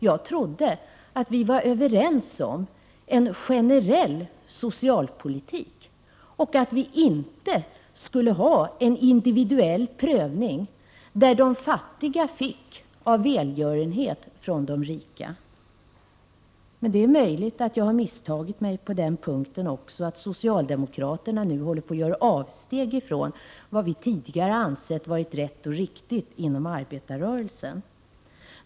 Jag trodde att vi var överens om en generell socialpolitik, så att vi inte skulle ha en individuell prövning, där de fattiga fick av välgörenhet från de rika. Men det är möjligt att jag har misstagit mig på den punkten också, och att socialdemokraterna nu håller på att göra avsteg från vad vi tidigare ansett vara rätt och riktigt inom arbetarrörelsen.